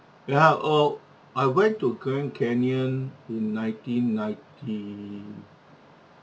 ya oh I went to grand canyon in nineteen ninety